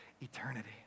eternity